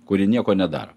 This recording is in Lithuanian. kurie nieko nedaro